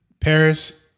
Paris